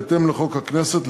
בהתאם לחוק הכנסת,